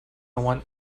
want